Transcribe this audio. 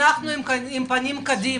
אנחנו עם הפנים קדימה.